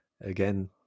again